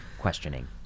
questioning